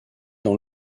dans